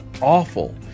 awful